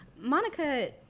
Monica